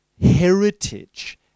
heritage